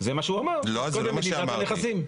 זה מה שהוא אמר מדידת הנכסים.